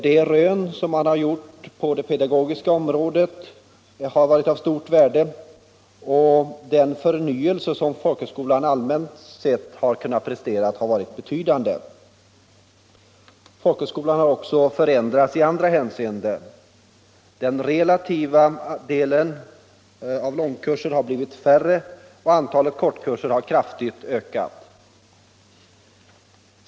De rön som man har gjort på det pedagogiska området har varit av stort värde, och den förnyelse som folkhögskolan allmänt sett kunnat prestera har varit betydande. Folkhögskolan har också förändrats i andra hänseenden. Den relativa andelen långkurser har blivit mindre, och antalet kortkurser har kraftigt ökat.